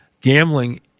gambling